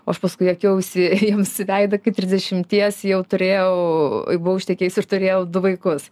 o aš paskui juokiausi jiems į veidą kai trisdešimties jau turėjau buvau ištekėjusi ir turėjau du vaikus